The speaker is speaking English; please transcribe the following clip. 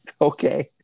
Okay